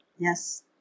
Yes